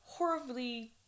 horribly